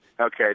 Okay